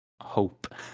hope